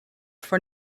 for